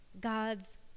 God's